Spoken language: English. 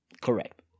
Correct